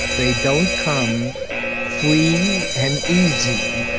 they don't come free and easy.